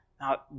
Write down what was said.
Now